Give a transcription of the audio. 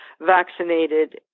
vaccinated